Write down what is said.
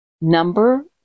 number